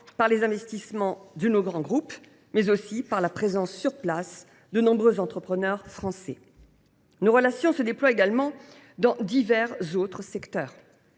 par les investissements de nos grands groupes, mais aussi par la présence sur place de nombreux entrepreneurs français. Nos relations se déploient également dans divers autres secteurs.